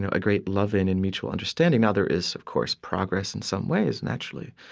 ah a great love-in and mutual understanding. now there is, of course, progress in some ways naturally,